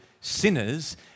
sinners